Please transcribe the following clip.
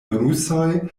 rusoj